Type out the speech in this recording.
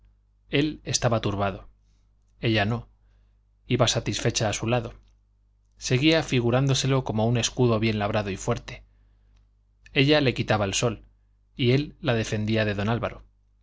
él estaba turbado ella no iba satisfecha a su lado seguía figurándoselo como un escudo bien labrado y fuerte ella le quitaba el sol y él la defendía de don álvaro